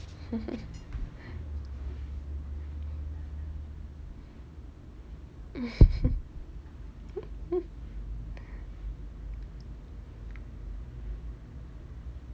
especially